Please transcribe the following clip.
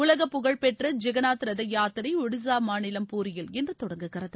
உலக புகழ்பெற்ற ஜெகன்நாத் ரத யாத்திரை ஒடிசா மாநிலம் பூரியில் இன்று தொடங்குகிறது